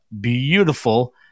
beautiful